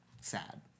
Sad